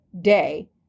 day